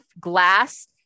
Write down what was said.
glass